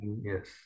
yes